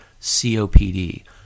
COPD